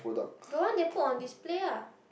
the one they put on display ah